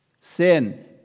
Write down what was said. Sin